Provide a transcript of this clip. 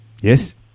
Yes